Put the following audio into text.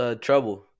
trouble